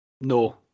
No